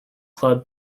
club